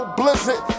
blizzard